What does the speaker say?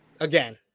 Again